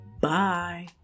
Bye